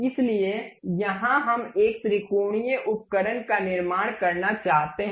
इसलिए यहां हम एक त्रिकोणीय उपकरण का निर्माण करना चाहते हैं